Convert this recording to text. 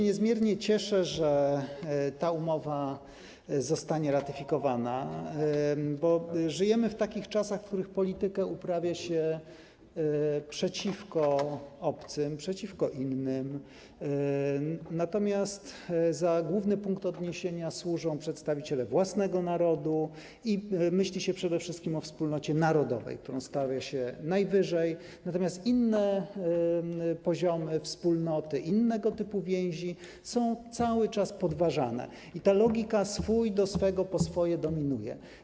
Niezmiernie się cieszę, że ta umowa zostanie ratyfikowana, bo żyjemy w takich czasach, w których politykę uprawia się przeciwko obcym, przeciwko innym, natomiast za główny punkt odniesienia służą przedstawiciele własnego narodu i myśli się przede wszystkim o wspólnocie narodowej, którą stawia się najwyżej, natomiast inne poziomy wspólnoty, innego typu więzi są cały czas podważane i ta logika: swój do swego po swoje dominuje.